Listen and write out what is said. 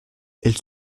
elle